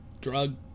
drug